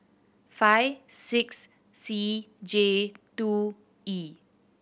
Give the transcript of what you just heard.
five six C J two E